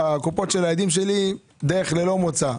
שהקופות של הילדים שלי דרך ללא מוצא.